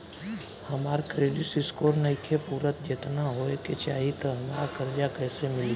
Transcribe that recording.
हमार credit score नईखे पूरत जेतना होए के चाही त हमरा कर्जा कैसे मिली?